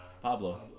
Pablo